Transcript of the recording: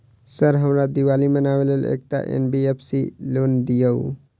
Sir हमरा दिवाली मनावे लेल एकटा एन.बी.एफ.सी सऽ लोन दिअउ?